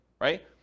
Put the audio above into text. right